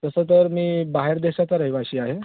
तसं तर मी बाहेर देशाचा रहिवासी आहे